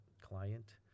client